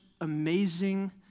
amazing